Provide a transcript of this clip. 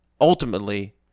Ultimately